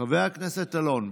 חבר הכנסת אלון,